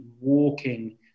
walking